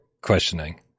questioning